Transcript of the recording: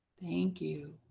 thank you.